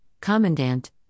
Commandant